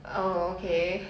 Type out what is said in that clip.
oh okay